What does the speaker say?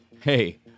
Hey